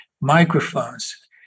microphones